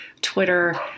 Twitter